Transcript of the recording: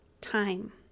time